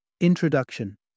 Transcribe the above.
Introduction